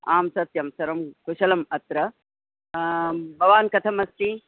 आम् सत्यं सर्वं कुशलम् अत्र भवान् कथमस्ति